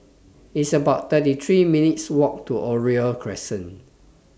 It's about thirty three minutes' Walk to Oriole Crescent